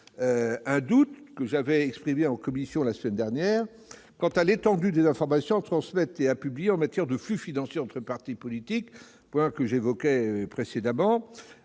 un doute, que j'avais exprimé en commission la semaine dernière, sur l'étendue des informations à transmettre et publier en matière de flux financiers entre partis politiques : un amendement